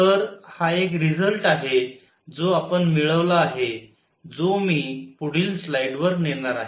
तर हा एक रिजल्ट आहे जो आपण मिळवला आहे जो मी पुढील स्लाइड्वर नेणार आहे